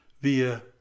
via